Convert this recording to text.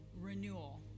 Renewal